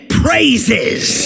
praises